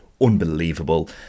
unbelievable